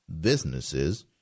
businesses